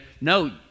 no